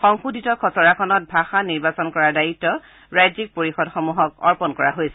সংশোধিত খচৰাখনত ভাষা নিৰ্বাচন কৰাৰ দায়িত্ব ৰাজ্যিক পৰিষদসমূহক অৰ্পণ কৰা হৈছে